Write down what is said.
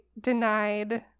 denied